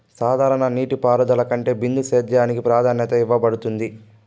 సాధారణ నీటిపారుదల కంటే బిందు సేద్యానికి ప్రాధాన్యత ఇవ్వబడుతుంది